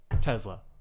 Tesla